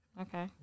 Okay